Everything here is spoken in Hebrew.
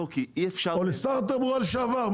או לשר התחבורה לשעבר?